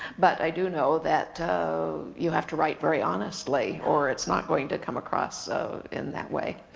but i do know that you have to write very honestly, or it's not going to come across so in that way.